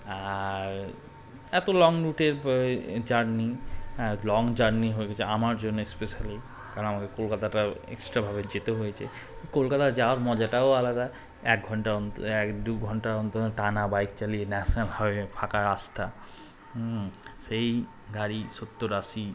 আর এতো লং রুটের journey long journey হয়ে গেছে আমার জন্য স্পেশালি কারণ আমাকে কলকাতাটা এক্সট্রাভাবে যেতে হয়েছে কলকাতা যাওয়ার মজাটাও আলাদা এক ঘণ্টা অন্তর এক দু ঘণ্টার অন্তর টানা বাইক চালিয়ে ন্যাশনাল হাইওয়ে ফাঁকা রাস্তা সেই গাড়ি সত্তর আশি